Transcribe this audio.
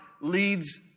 leads